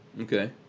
Okay